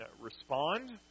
respond